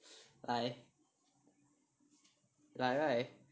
like like right